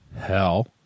hell